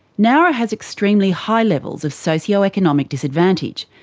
nowra has extremely high levels of socio-economic disadvantage,